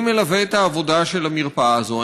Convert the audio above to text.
אני מלווה את העבודה של המרפאה הזאת,